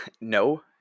No